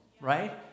Right